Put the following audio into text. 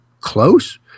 close